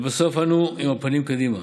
לבסוף, אנו עם הפנים קדימה,